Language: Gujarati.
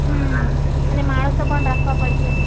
હં અને માણસો પણ રાખવા પડશે